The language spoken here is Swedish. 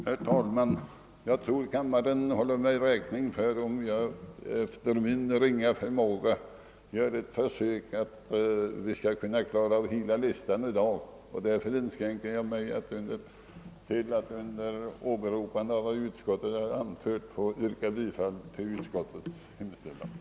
Herr talman! Jag tror att kammaren håller mig räkning för om jag efter min ringa förmåga gör ett försök att bidraga till att vi kan hinna med dagens föredragningslista och därför inskränker mig till att under åberopande av vad utskottet anfört yrka bifall till utskottets hemställan.